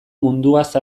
munduaz